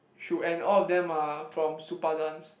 shoe and all of them are from Supadance